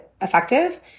effective